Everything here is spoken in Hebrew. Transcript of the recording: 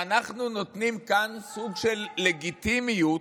אנחנו נותנים כאן סוג של לגיטימיות